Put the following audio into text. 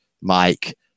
Mike